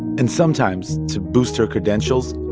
and sometimes, to boost her credentials,